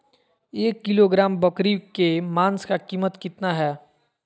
एक किलोग्राम बकरी के मांस का कीमत कितना है?